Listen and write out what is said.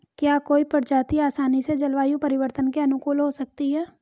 क्या कोई प्रजाति आसानी से जलवायु परिवर्तन के अनुकूल हो सकती है?